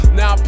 Now